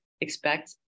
expect